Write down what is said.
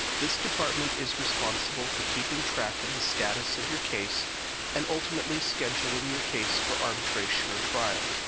this department is responsible for keeping track of the status of your case and ultimately scheduling your case for arbitration or trial.